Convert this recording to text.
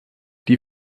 die